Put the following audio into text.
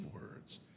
words